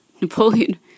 Napoleon